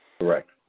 Correct